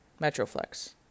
Metroflex